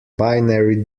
binary